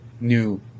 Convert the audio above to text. new